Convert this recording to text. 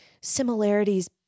similarities